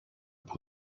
που